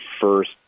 first